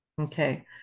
Okay